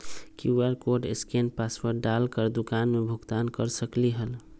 QR code scan password डाल कर दुकान में भुगतान कर सकलीहल?